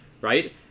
right